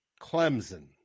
Clemson